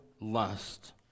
lust